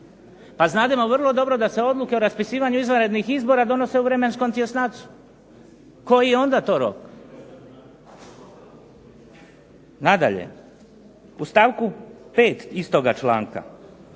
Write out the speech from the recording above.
Pa znademo vrlo dobro da se odluke o raspisivanju izvanrednih izbora donose u vremenskom tjesnacu. Koji je onda to rok? Nadalje. U stavku 5. istoga članka.